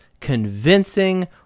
convincing